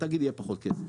והתאגיד לא פחות טוב.